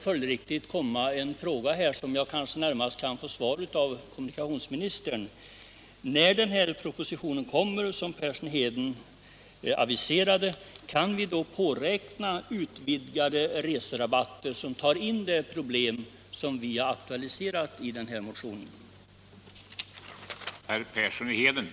Följdriktigt måste jag ställa en fråga till kommunikationsministern: När den proposition kommer som herr Persson i Heden aviserade, kan vi då påräkna utvidgade reserabatter som täcker in det problem som aktualiserats i motion 109?